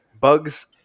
bugs